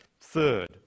Third